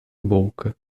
boca